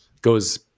goes